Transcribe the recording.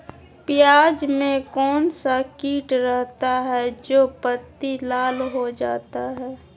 प्याज में कौन सा किट रहता है? जो पत्ती लाल हो जाता हैं